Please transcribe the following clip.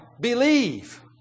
believe